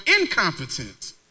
incompetent